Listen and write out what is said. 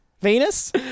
Venus